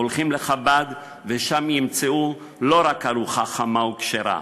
הולכים לחב"ד ושם ימצאו לא רק ארוחה חמה וכשרה